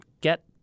get